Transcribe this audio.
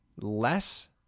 less